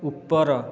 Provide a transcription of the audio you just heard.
ଉପର